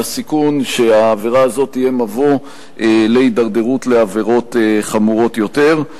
לסיכון שהעבירה הזאת תהיה מבוא להידרדרות לעבירות חמורות יותר.